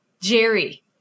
Jerry